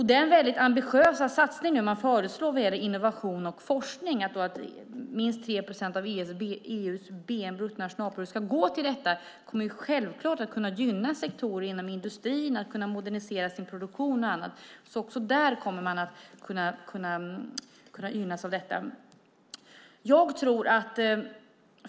Den ambitiösa satsning man föreslår nu vad gäller innovation och forskning - att minst 3 procent av EU:s bruttonationalprodukt ska gå till detta - kommer självfallet att kunna gynna sektorer inom industrin så att de kan modernisera sin produktion och annat. Också där kommer man alltså att kunna gynnas av detta.